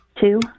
two